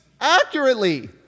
accurately